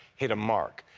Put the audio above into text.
hit a mark.